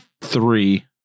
three